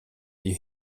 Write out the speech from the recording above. die